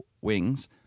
wings